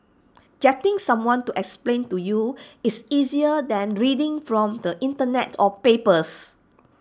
getting someone to explain to you is easier than reading from the Internet or papers